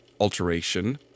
alteration